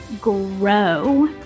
grow